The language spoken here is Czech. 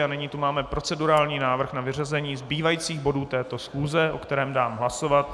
A nyní tu máme procedurální návrh na vyřazení zbývajících bodů této schůze, o kterém dám hlasovat.